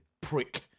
prick